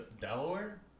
Delaware